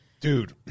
Dude